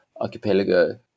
Archipelago